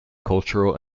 cultural